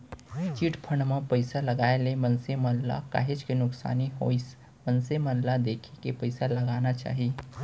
chit fund म पइसा लगाए ले मनसे मन ल काहेच के नुकसानी होइस मनसे मन ल देखे के पइसा लगाना चाही